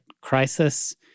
crisis